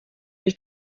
mich